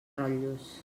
rotllos